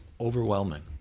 overwhelming